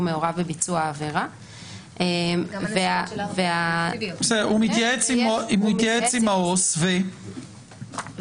מעורב בביצוע העבירה --- הוא מתייעץ עם העובד הסוציאלי ו --- במסגרת